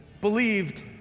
believed